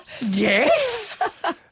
Yes